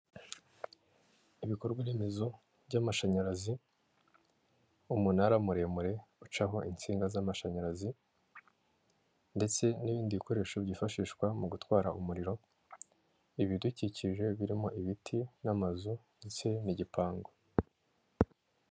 Ibikorwaremezo by'amashanyarazi, umunara muremure ucaho insinga z'amashanyarazi, ndetse n'ibindi bikoresho byifashishwa mu gutwara umuriro, ibidukikije, birimo ibiti, n'amazu, ndetse n'igipangu.